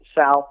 South